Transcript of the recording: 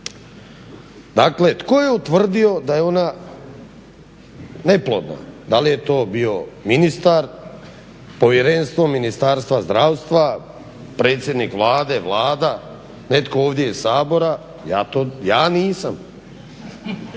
Dakle tko je utvrdio da je ona neplodna, da li je to bio ministar, povjerenstvo Ministarstva zdravstva, predsjednik Vlade, Vlada, netko ovdje iz Sabora, ja nisam.